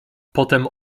potem